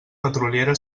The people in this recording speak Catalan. petroliera